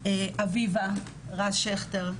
אביבה רז שכטר,